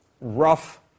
Rough